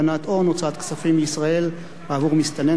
הצעת חוק איסור הלבנת הון (הוצאת כספים מישראל בעבור מסתנן,